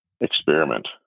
experiment